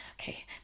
okay